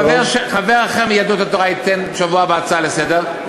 חבר אחר מיהדות התורה יגיש בשבוע הבא הצעה לסדר-היום,